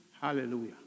Hallelujah